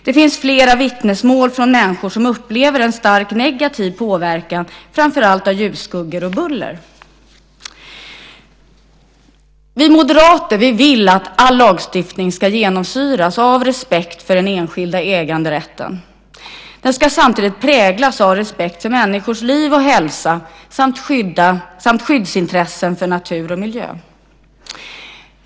Det finns flera vittnesmål från människor som upplever en stark negativ påverkan framför allt av ljusskuggor och buller. Vi moderater vill att all lagstiftning ska genomsyras av respekt för den enskilda äganderätten. Den ska samtidigt präglas av respekt för människors liv och hälsa samt skyddsintressen för natur och miljö.